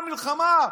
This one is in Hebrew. המלחמה,